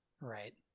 Right